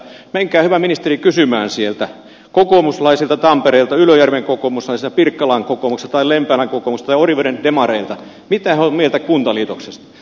menkää hyvä ministeri kysymään sieltä kokoomuslaisilta tampereelta ylöjärven kokoomuslaisilta pirkkalan kokoomuslaisilta tai lempäälän kokoomuslaisilta tai oriveden demareilta mitä he ovat mieltä kuntaliitoksesta